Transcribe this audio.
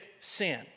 sin